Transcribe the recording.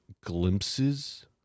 glimpses